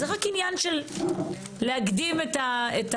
זה רק עניין של להקדים את המאוחר.